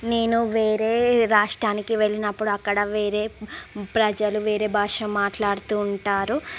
నేను వేరే రాష్ట్రానికి వెళ్ళినప్పుడు అక్కడ వేరే ప్రజలు వేరే భాష మాట్లాడుతూ ఉంటారు